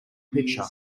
picture